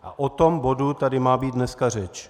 O tom bodu tady má být dneska řeč.